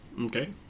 Okay